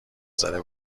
زده